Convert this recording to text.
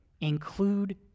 include